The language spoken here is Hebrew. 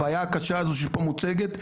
הבעיה הקשה הזו שפה מוצגת,